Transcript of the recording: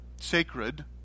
sacred